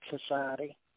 Society